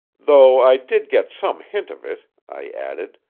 though i did get some hint of it, i added,